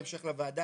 לוועדה,